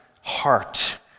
heart